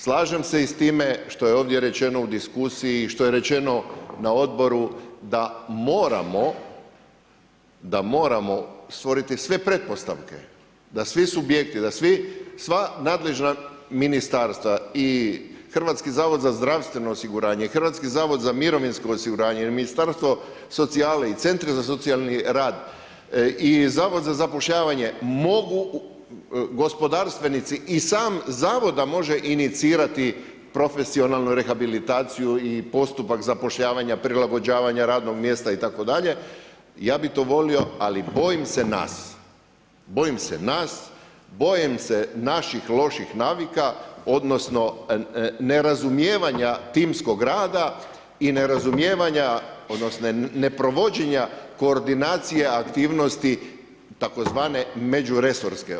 Slažem se i s time što je ovdje rečeno u diskusiji i što je rečeno na odboru, da moramo stvoriti sve pretpostavke da svi subjekti, da sva nadležna ministarstva i Hrvatski zavod za zdravstveno osiguranje i Hrvatski zavod za mirovinsko osiguranje i Ministarstvo socijale i centri za socijalni rad i Zavod za zapošljavanje mogu gospodarstvenici i sam zavod da može inicirati profesionalnu rehabilitaciju i postupak zapošljavanja, prilagođavanja radnog mjesta itd. ja bih to volio, ali bojim se nas, bojim se nas, bojim se naših loših navika, odnosno nerazumijevanja timskog rada i nerazumijevanja, odnosno neprovođenja koordinacija aktivnosti tzv. međuresorske.